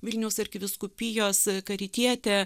vilniaus arkivyskupijos karitietė